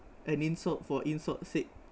an insult for insult's sake